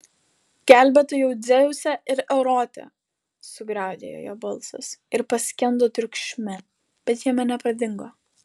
gelbėtojau dzeuse ir erote sugriaudėjo jo balsas ir paskendo triukšme bet jame nepradingo